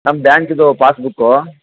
ನಮ್ಮ ಬ್ಯಾಂಕಿಂದು pass book